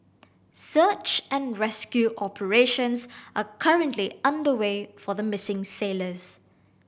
search and rescue operations are currently underway for the missing sailors